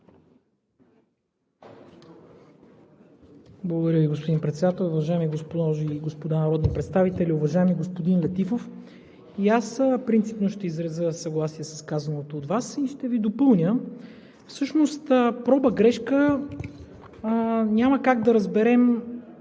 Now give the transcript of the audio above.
Благодаря Ви, господин Председател. Уважаеми госпожи и господа народни представители! Уважаеми господин Летифов, и аз принципно ще изразя съгласие с казаното от Вас и ще Ви допълня. Всъщност проба грешка няма как да разберем